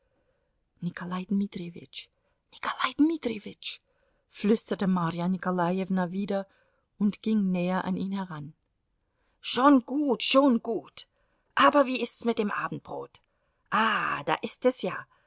nikolai dmitrijewitsch nikolai dmitrijewitsch flüsterte marja nikolajewna wieder und ging näher an ihn heran schon gut schon gut aber wie ist's mit dem abendbrot ah da ist es ja